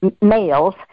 males